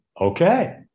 okay